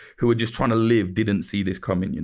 who were just trying to live, didn't see this coming. you know